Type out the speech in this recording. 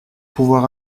pouvoir